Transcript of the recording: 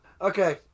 Okay